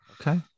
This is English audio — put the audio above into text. Okay